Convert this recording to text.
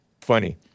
funny